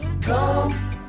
come